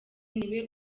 niwe